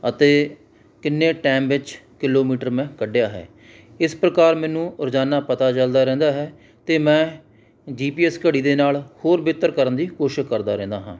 ਅਤੇ ਕਿੰਨੇ ਟਾਈਮ ਵਿੱਚ ਕਿਲੋਮੀਟਰ ਮੈਂ ਕੱਢਿਆ ਹੈ ਇਸ ਪ੍ਰਕਾਰ ਮੈਨੂੰ ਰੋਜ਼ਾਨਾ ਪਤਾ ਚੱਲਦਾ ਰਹਿੰਦਾ ਹੈ ਅਤੇ ਮੈਂ ਜੀ ਪੀ ਐੱਸ ਘੜੀ ਦੇ ਨਾਲ ਹੋਰ ਬਿਹਤਰ ਕਰਨ ਦੀ ਕੋਸ਼ਿਸ਼ ਕਰਦਾ ਰਹਿੰਦਾ ਹਾਂ